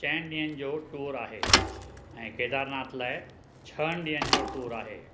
चइनि ॾींहंनि जो टूर आहे ऐं केदारनाथ लाइ छहनि ॾींहंनि जो टूर आहे